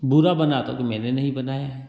बुरा बना तो मैंने नहीं बनाया है